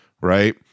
right